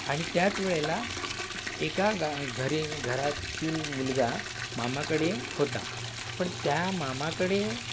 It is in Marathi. आणि त्याच वेळेला एका गा घरी घरातील मुलगा मामाकडे होता पण त्या मामाकडे